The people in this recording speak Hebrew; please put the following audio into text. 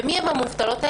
ומי הן המובטלות האלה?